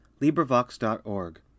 LibriVox.org